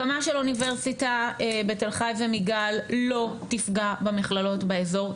שהקמה של אוניברסיטה בתל חי ומיגל לא תיפגע במכללות באזור,